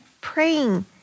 praying